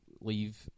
leave